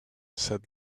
said